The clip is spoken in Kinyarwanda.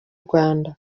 rwanda